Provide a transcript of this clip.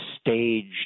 staged